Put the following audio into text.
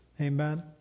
Amen